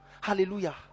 Hallelujah